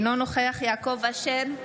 אינו נוכח יעקב אשר,